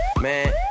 Man